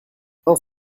vingt